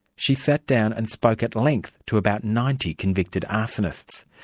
she sat down and spoke at length to about ninety convicted arsonists.